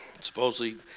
Supposedly